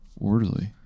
orderly